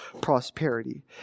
prosperity